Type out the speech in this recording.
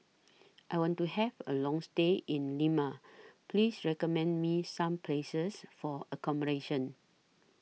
I want to Have A Long stay in Lima Please recommend Me Some Places For accommodation